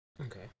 okay